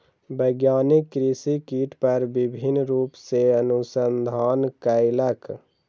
वैज्ञानिक कृषि कीट पर विभिन्न रूप सॅ अनुसंधान कयलक